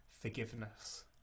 forgiveness